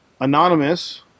Anonymous